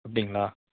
அப்படிங்களா